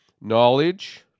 Knowledge